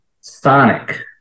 Sonic